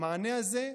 המענה הזה,